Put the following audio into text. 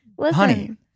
honey